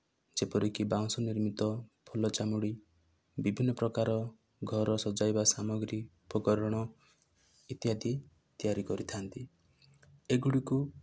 ଯେପରିକି ବାଉଁଶ ନିର୍ମିତ ଫୁଲ ଚାଙ୍ଗୁଡି ବିଭିନ୍ନପ୍ରକାର ଘର ସଜାଇବା ସାମଗ୍ରୀ ଉପକରଣ ଇତ୍ୟାଦି ତିଆରି କରିଥାନ୍ତି ଏଗୁଡ଼ିକୁ